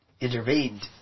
intervened